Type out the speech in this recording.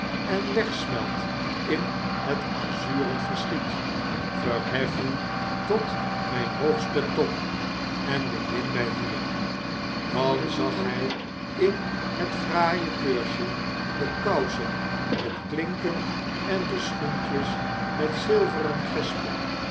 en wegsmelt in het azuren verschiet verhef u tot mijn hoogsten top en bemin my hier dan zag hij in het fraaie keursje de kousen met klinken en de schoentjes met zilveren